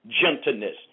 gentleness